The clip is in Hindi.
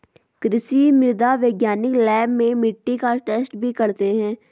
कृषि मृदा वैज्ञानिक लैब में मिट्टी का टैस्ट भी करते हैं